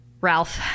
ralph